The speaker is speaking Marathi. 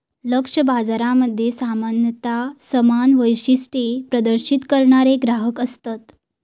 लक्ष्य बाजारामध्ये सामान्यता समान वैशिष्ट्ये प्रदर्शित करणारे ग्राहक असतत